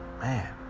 Man